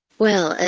well,